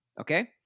okay